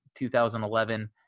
2011